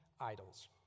idols